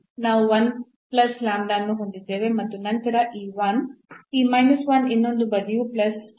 ನಾವು ಅನ್ನು ಹೊಂದಿದ್ದೇವೆ ಮತ್ತು ನಂತರ ಈ 1 ಈ ಮೈನಸ್ 1 ಇನ್ನೊಂದು ಬದಿಯು ಪ್ಲಸ್ 1 ಗೆ ಹೋಗುತ್ತದೆ